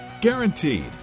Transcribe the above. Guaranteed